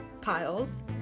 piles